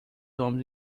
homens